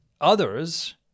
others